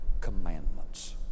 Commandments